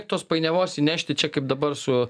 tos painiavos įnešti čia kaip dabar su